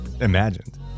imagined